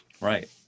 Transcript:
right